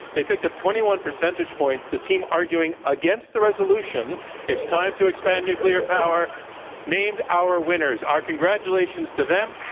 they picked up twenty one percentage points. the team arguing against the resolution it's time to expand nuclear power named our winners. our congratulations to them.